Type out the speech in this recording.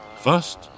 First